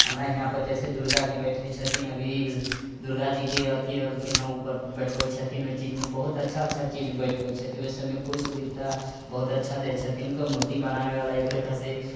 हमरा यहाँपर जैसे दुर्गा जी बैठैत छथिन अभी दुर्गा जीके अथि एलखिन हेँ ओ बैठबैत छथिन ओ चीजमे बहुत अच्छा अच्छा चीज बैठबैत छथिन ओहि सभमे कोइ सुविधा बहुत अच्छा दैत छथिन मूर्ति बनाबैवला एहिलेखासँ